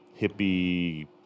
hippie